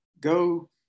go